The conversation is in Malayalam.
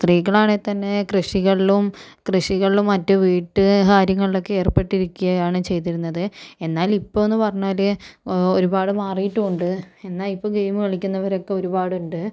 സ്ത്രീകളാണേൽ തന്നെ കൃഷികളിലും കൃഷികളിലും മറ്റ് വീട്ട് കാര്യങ്ങളിലൊക്കെ ഏർപ്പെട്ടിരിക്കയാണ് ചെയ്തിരുന്നത് എന്നാൽ ഇപ്പോൾ എന്ന് പറഞ്ഞാല് ഒരുപാട് മാറിയിട്ടുണ്ട് എന്നാൽ ഇപ്പോൾ ഗെയിമ് കളിക്കുന്നവരൊക്കെ ഒരുപാടുണ്ട്